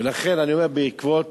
ולכן אני אומר, בעקבות